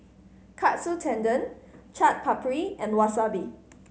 Katsu Tendon Chaat Papri and Wasabi